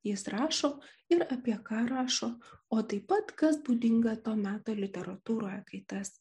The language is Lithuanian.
jis rašo ir apie ką rašo o taip pat kas būdinga to meto literatūroje kai tas